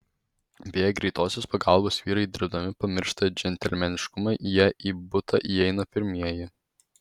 beje greitosios pagalbos vyrai dirbdami pamiršta džentelmeniškumą jie į butą įeina pirmieji